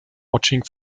watching